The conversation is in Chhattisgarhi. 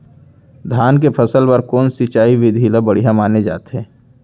धान के फसल बर कोन सिंचाई विधि ला बढ़िया माने जाथे?